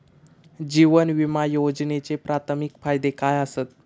जीवन विमा योजनेचे प्राथमिक फायदे काय आसत?